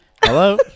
Hello